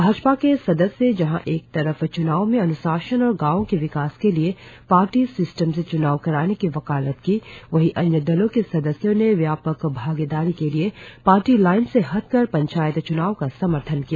भाजपा के सदस्य जहां एक तरफ च्नाव में अन्शासन और गांवों के विकास के लिए पार्टी सिस्टम से चुनाव कराने की वकालत की वहीं अन्य दलों के सादस्यों ने व्यापक भागीदारी के लिए पार्टी लाईन से हटकर पंचायत च्नाव का समर्थन किया